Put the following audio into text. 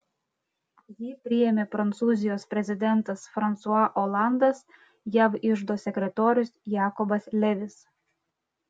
jį priėmė prancūzijos prezidentas fransua olandas jav iždo sekretorius jakobas levis